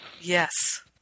yes